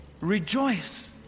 rejoice